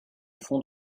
fond